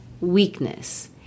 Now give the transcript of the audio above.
weakness